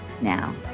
Now